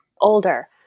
Older